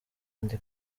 ndi